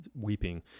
weeping